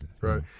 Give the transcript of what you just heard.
Right